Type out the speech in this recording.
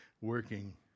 working